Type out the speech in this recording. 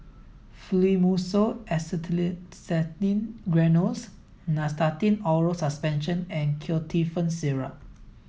Fluimucil Acetylcysteine Granules Nystatin Oral Suspension and Ketotifen Syrup